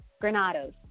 Granados